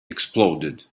exploded